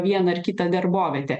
vieną ar kitą darbovietę